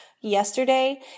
yesterday